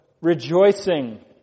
rejoicing